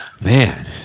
Man